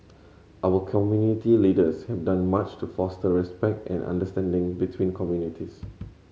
our community leaders have done much to foster respect and understanding between communities